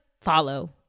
follow